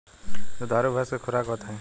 दुधारू भैंस के खुराक बताई?